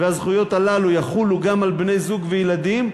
והזכויות האלה יחולו גם על בני-זוג וילדים.